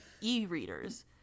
e-readers